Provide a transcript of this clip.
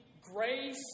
grace